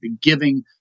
giving